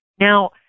Now